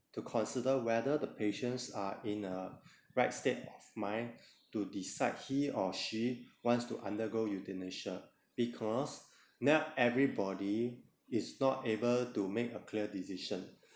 to consider whether the patients are in a right state of mind to decide he or she wants to undergo euthanasia because not everybody is not able to make a clear decision